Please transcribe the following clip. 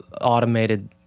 automated